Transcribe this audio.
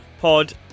pod